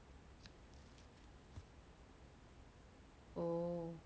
oh